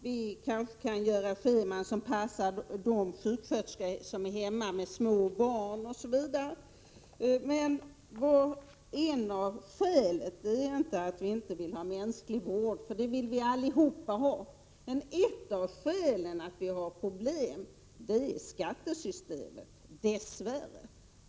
Vi kanske kan göra scheman som passar de sjuksköterskor som är hemma med små barn, osv. Men skälet till problemen är inte att vi inte vill ha mänsklig vård — det vill vi alla ha. Ett av skälen till att vi har problem är dess värre skattesystemet.